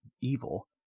evil